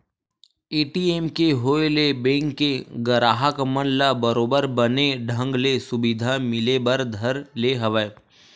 ATM के होय ले बेंक के गराहक मन ल बरोबर बने ढंग ले सुबिधा मिले बर धर ले हवय